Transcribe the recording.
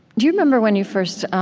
do you remember when you first